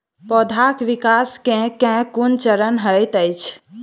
पौधाक विकास केँ केँ कुन चरण हएत अछि?